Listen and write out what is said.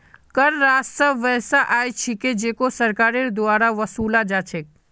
कर राजस्व वैसा आय छिके जेको सरकारेर द्वारा वसूला जा छेक